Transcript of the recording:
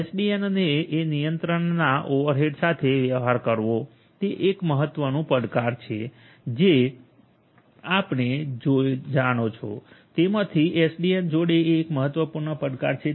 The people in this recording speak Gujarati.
એસડીએનને એ નિયંત્રણના ઓવરહેડ સાથે વ્યવહાર કરવો તે એક મહત્વનું પડકાર છે જે આપણે જાણો છો તેમાંથી એસડીએન જોડે એ એક મહત્વપૂર્ણ પડકાર છે